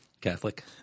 Catholic